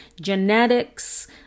genetics